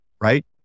right